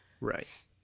right